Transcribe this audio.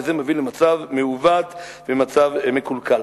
וזה מביא למצב מעוות ולמצב מקולקל.